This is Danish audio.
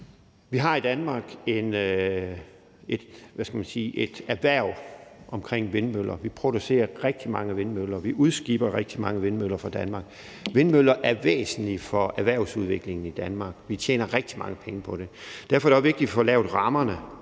skal man sige – erhverv omkring vindmøller. Vi producerer rigtig mange vindmøller; vi udskiber rigtig mange vindmøller fra Danmark. Vindmøller er væsentlige for erhvervsudviklingen i Danmark; vi tjener rigtig mange penge på det. Derfor er det også vigtigt, at vi får lavet rammerne